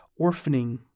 orphaning